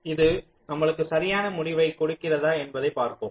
இது நமக்கு சரியான முடிவைக் கொடுக்கிறதா என்பதைப் பார்ப்போம்